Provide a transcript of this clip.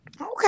okay